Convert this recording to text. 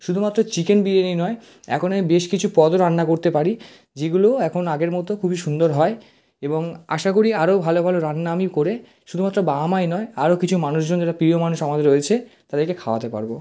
শুধুমাত্র চিকেন বিরিয়ানি নয় এখন আমি বেশ কিছু পদও রান্না করতে পারি যেগুলো এখন আগের মতো খুবই সুন্দর হয় এবং আশা করি আরো ভালো ভালো রান্না আমি করে শুধুমাত্র বাবা মাই নয় আরো কিছু মানুষজন যারা প্রিয় মানুষ আমাদের রয়েছে তাদেরকে খাওয়াতে পারবো